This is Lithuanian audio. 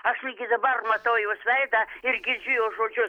aš ligi dabar matau jos veidą ir girdžiu jos žodžius